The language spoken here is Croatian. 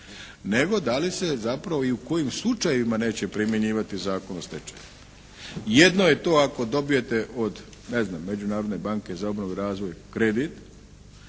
nego da li se zapravo i u kojim slučajevima neće primjenjivati Zakon o stečaju. Jedno je to ako dobijete od ne znam Međunarodne banke za obnovu i razvoj kredit